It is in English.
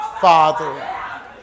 Father